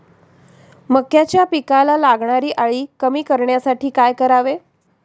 मक्याच्या पिकाला लागणारी अळी कमी करण्यासाठी काय करावे?